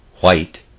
White